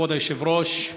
כבוד היושב-ראש,